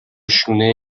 شونه